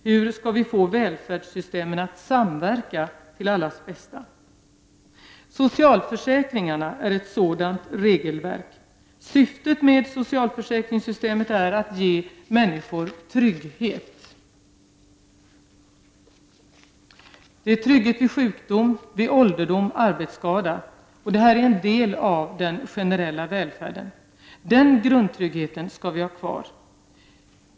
Hur skall vi få välfärdssystemen att samverka till allas bästa? Socialförsäkringarna är ett sådant regelverk. Syftet med socialförsäkrings systemet är att ge människor trygghet vid sjukdom, vid ålderdom, vid arbetsskada. Det är en del av den generella välfärden. Den grundtryggheten skall vi ha kvar.